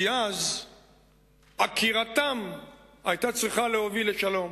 כי אז עקירתם היתה צריכה להוביל לשלום.